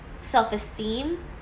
self-esteem